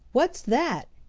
what's that!